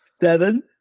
Seven